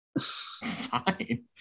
fine